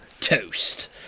toast